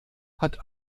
hat